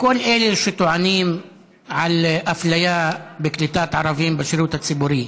לכל אלה שטוענים לאפליה בקליטת ערבים בשירות הציבורי,